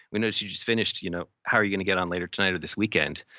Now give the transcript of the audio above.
we noticed you just finished. you know how are you gonna get on later tonight or this weekend?